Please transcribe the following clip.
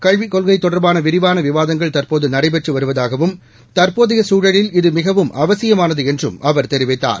கல்விக் கொள்கை தொடர்பாக விரிவான விவாதங்கள் தற்போது நடைபெற்று வருவதாகவும் தற்போதைய சூழலில் இது மிகவும் அவசியமானது என்றும் அவர் தெரிவித்தார்